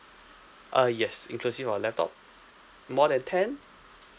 uh yes inclusive of laptop more than ten